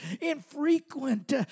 infrequent